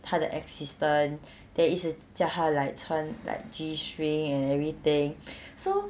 他的 assistant then 一直叫她 like 穿 like G string and everything so